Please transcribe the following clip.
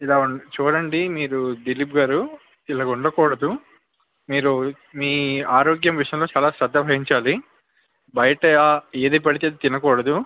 చూడండి మీరు దిలీప్ గారు ఇలాగా ఉండకూడదు మీరు మీ ఆరోగ్యం విషయంలో చాలా శ్రద్ధ వహించాలి బయట ఏది పడితే అది తినకూడదు